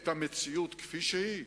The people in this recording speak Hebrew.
את המציאות כפי שהיא?